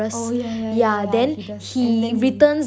oh yeah yeah yeah correct and then